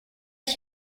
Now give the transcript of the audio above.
ich